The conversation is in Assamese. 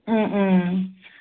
ও ও